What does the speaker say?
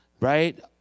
right